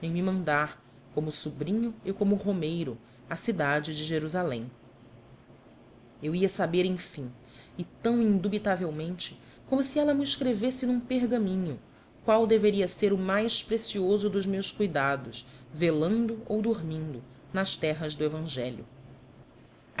me mandar como sobrinho e como romeiro à cidade de jerusalém eu ia saber enfim e tão indubitavelmente como se ela mo escrevesse num pergaminho qual deveria ser o mais precioso dos meus cuidados velando ou dormindo nas terras do evangelho